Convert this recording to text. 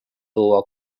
tuua